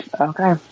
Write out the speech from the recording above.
okay